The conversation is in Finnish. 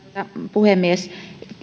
puhemies